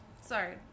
Sorry